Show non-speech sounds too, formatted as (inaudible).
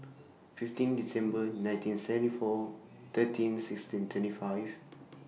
fifteen December nineteen seventy four thirteen sixteen twenty five (noise)